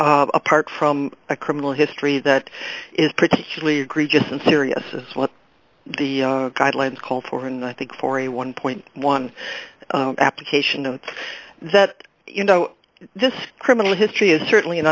apart from a criminal history that is particularly egregious and serious as what the guidelines call for and i think for a one point one application and that you know this criminal history is certainly an